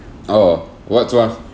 oh what's one